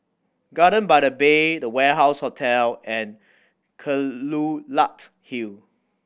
Garden by the Bay The Warehouse Hotel and Kelulut Hill